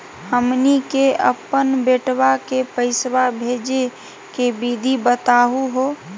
हमनी के अपन बेटवा क पैसवा भेजै के विधि बताहु हो?